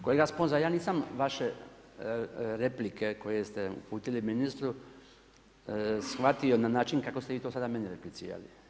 Kolega Sponza, ja nisam vaše replike koje ste uputili ministru shvatio na način kako ste vi to sada meni replicirali.